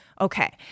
Okay